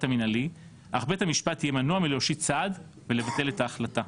המינהלי אך בית המשפט יהיה מנוע מלהושיט סעד ולבטל את ההחלטה.